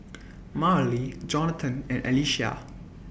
Marlie Jonatan and Alicia